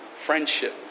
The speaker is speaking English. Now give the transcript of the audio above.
friendship